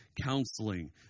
counseling